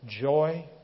joy